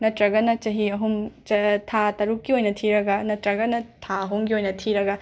ꯅꯠꯇ꯭ꯔꯒꯅ ꯆꯍꯤ ꯑꯍꯨꯝ ꯆ ꯊꯥ ꯇꯔꯨꯛꯀꯤ ꯑꯣꯏꯅ ꯊꯤꯔꯒ ꯅ ꯇ꯭ꯔꯒꯅ ꯊꯥ ꯑꯍꯨꯝꯒꯤ ꯑꯣꯏꯅ ꯊꯤꯔꯒ